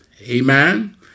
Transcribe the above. amen